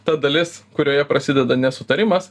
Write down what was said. ta dalis kurioje prasideda nesutarimas